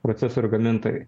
procesorių gamintojui